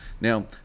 Now